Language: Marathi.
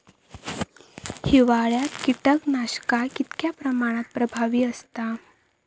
हिवाळ्यात कीटकनाशका कीतक्या प्रमाणात प्रभावी असतत?